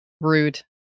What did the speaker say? Rude